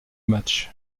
match